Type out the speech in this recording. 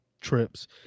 trips